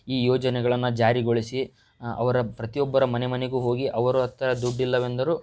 ಈ ಯೋಜನೆಗಳನ್ನು ಜಾರಿಗೊಳಿಸಿ ಅವರ ಪ್ರತಿಯೊಬ್ಬರ ಮನೆಮನೆಗೂ ಹೋಗಿ ಅವರ ಹತ್ರ ದುಡ್ಡಿಲ್ಲವೆಂದರು